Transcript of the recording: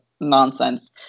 nonsense